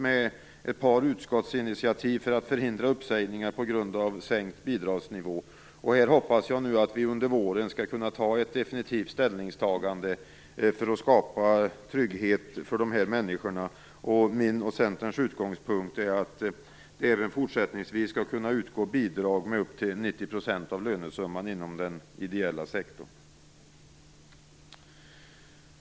Det har kommit ett par utskottsinitiativ för att förhindra uppsägningar på grund av sänkt bidragsnivå. Jag hoppas att vi nu under våren definitivt skall kunna ta ställning för att skapa trygghet för dessa människor. Min och Centerns utgångspunkt är att det även fortsättningsvis skall kunna utgå bidrag med upp till 90 % av lönesumman inom den ideella sektorn.